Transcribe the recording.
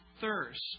thirst